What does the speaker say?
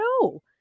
No